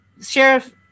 sheriff